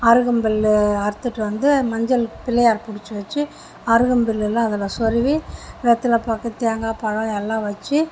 அருகம்புல் அறுத்துட்டு வந்து மஞ்சள் பிள்ளையார் பிடிச்சி வச்சு அருகம்புல்லுலாம் அதில் சொருகி வெத்தலை பாக்கு தேங்காய் பழம் எல்லாம் வச்சு